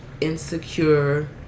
insecure